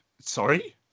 Sorry